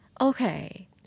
Okay